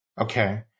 Okay